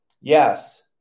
Yes